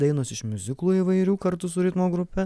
dainos iš miuziklų įvairių kartu su ritmo grupe